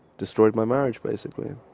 destroyed my marriage basically